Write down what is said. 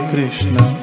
Krishna